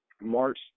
March